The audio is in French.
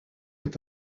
est